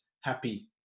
happy